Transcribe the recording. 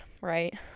right